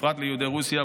פרט ליהודי רוסיה,